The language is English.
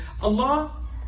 Allah